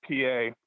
PA